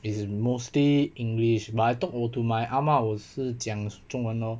is mostly english but I talk to my 阿嬷我是讲中文咯